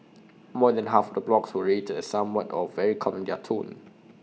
more than half of the blogs were rated as somewhat or very calm in their tone